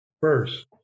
First